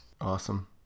awesome